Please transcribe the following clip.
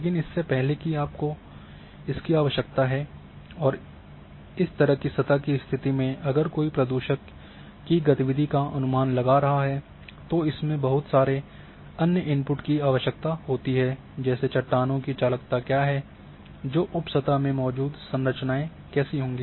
लेकिन इससे पहले कि आपको इसकी आवश्यकता है और इस तरह की सतह की स्थिति में अगर कोई प्रदूषक की गतिविधि का अनुमान लगा रहा है तो इसमें बहुत सारे अन्य इनपुट की आवश्यकता होती है जैसे चट्टानों की चालकता क्या है जो उप सतह में मौजूद संरचनाएं कैसी हैं